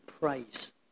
praise